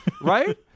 Right